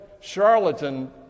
charlatan